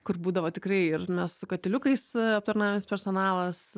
kur būdavo tikrai ir mes su katiliukais aptarnaujantis personalas